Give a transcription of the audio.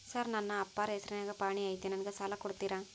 Sir ನನ್ನ ಅಪ್ಪಾರ ಹೆಸರಿನ್ಯಾಗ್ ಪಹಣಿ ಐತಿ ನನಗ ಸಾಲ ಕೊಡ್ತೇರಾ?